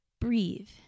Breathe